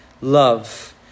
Love